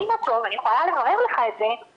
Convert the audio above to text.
אני יכולה לברר לך את זה,